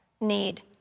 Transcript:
need